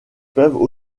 peuvent